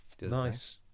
Nice